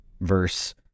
verse